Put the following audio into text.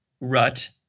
rut